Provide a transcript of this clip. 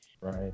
Right